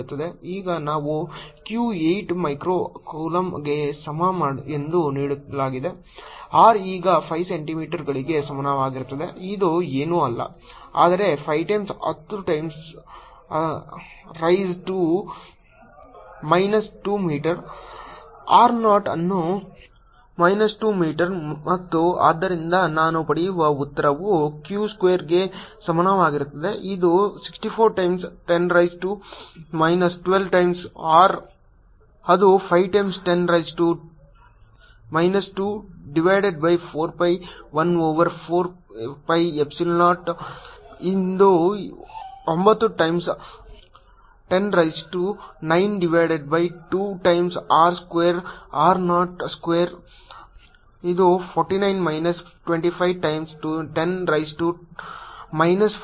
ಈಗ ನಾವು q 8 micro ಕೂಲಂಬ್ಗೆ ಸಮ ಎಂದು ನೀಡಲಾಗಿದೆ r ಈಗ 5 ಸೆಂಟಿಮೀಟರ್ಗಳಿಗೆ ಸಮಾನವಾಗಿರುತ್ತದೆ ಅದು ಏನೂ ಅಲ್ಲ ಆದರೆ 5 times 10 raise to minus 2 metre r naught ಅನ್ನು 7 ಸೆಂಟಿಮೀಟರ್ಗಳು ಎಂದು ನೀಡಲಾಗಿದೆ ಅದು 7 times 10 raise to minus 2 metre ಮತ್ತು ಆದ್ದರಿಂದ ನಾನು ಪಡೆಯುವ ಉತ್ತರವು q ಸ್ಕ್ವೇರ್ಗೆ ಸಮನಾಗಿರುತ್ತದೆ ಇದು 64 times 10 raise to minus 12 times r ಅದು 5 times 10 raise to minus 2 divided by 4 pi 1 over 4 pi epsilon 0 ಇದು ಒಂಬತ್ತು times 10 raise to 9 divided by 2 times r square r naught square ಇದು 49 minus 25 times 10 raise to minus 4